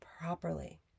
properly